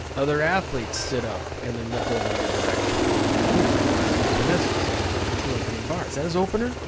other athletes sit up and they look over your direction o'brien's got two misses. it's his opening bar. is that his opener?